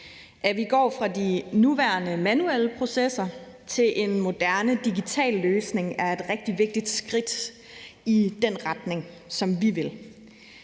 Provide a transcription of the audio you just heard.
At vi går fra de nuværende manuelle processer til en moderne digital løsning er et rigtig vigtigt skridt i den retning, som vi vil.